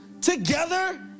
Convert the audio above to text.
together